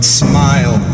smile